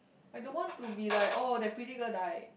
I don't want to be like oh that pretty girl died